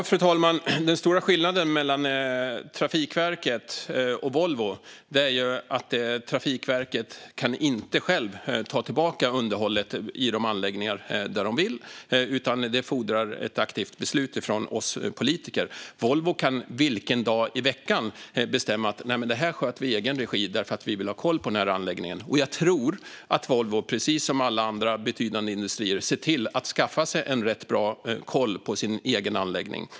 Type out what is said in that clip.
Fru talman! Den stora skillnaden mellan Trafikverket och Volvo är att Trafikverket inte själva kan ta tillbaka underhållet i de anläggningar där de vill det. För det fordras ett aktivt beslut från oss politiker. Volvo kan vilken dag som helst i veckan bestämma: Detta sköter vi i egen regi, för vi vill ha koll på den anläggningen. Och jag tror att Volvo, precis som alla andra betydande industrier, ser till att skaffa sig en rätt bra koll på sin egen anläggning.